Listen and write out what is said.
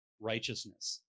righteousness